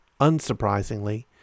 Unsurprisingly